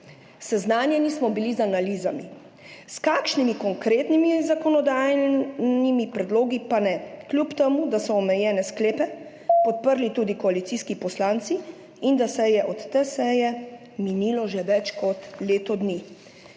Seznanjeni smo bili z analizami, s kakšnimi konkretnimi zakonodajnimi predlogi pa ne, kljub temu da so omenjene sklepe podprli tudi koalicijski poslanci in da je od te seje minilo že več kot leto dni.